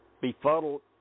befuddled